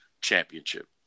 championship